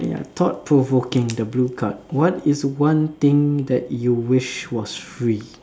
ya thought provoking the blue card what is one thing that you wish was free